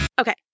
Okay